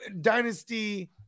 dynasty